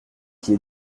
qu’il